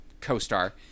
co-star